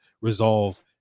resolve